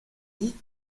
dit